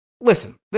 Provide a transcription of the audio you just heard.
listen